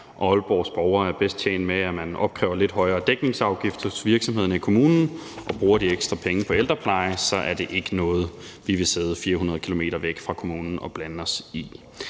borgere er bedst tjent med, at man opkræver lidt højere dækningsafgifter hos virksomhederne i kommunen og bruger de ekstra penge på ældrepleje, så er det ikke noget, vi vil sidde 400 km væk fra kommunen og blande os i.